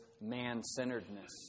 man-centeredness